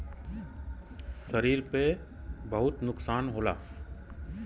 शरीर पे बहुत नुकसान होला